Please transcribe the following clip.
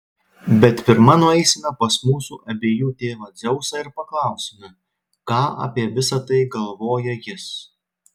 bet pirma nueisime pas mūsų abiejų tėvą dzeusą ir paklausime ką apie visa tai galvoja jis